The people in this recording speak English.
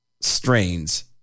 strains